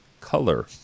color